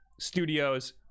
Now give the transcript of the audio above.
studios